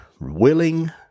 willing